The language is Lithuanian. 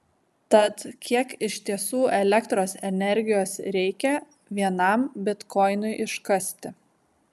tad kiek iš tiesų elektros energijos reikia vienam bitkoinui iškasti